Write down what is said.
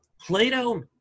Plato